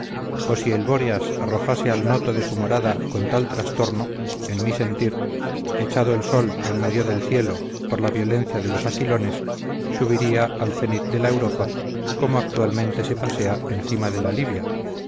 o si el bóreas arrojase al noto de su morada con tal trastorno en mi sentir echado el sol en medio del cielo por la violencia de los aquilones subiría al cenit de la europa como actualmente se pasea encima de la libia